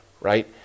right